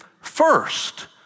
first